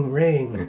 ring